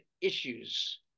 issues